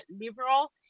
liberal